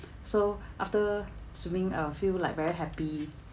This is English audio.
so after swimming uh feel like very happy